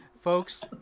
folks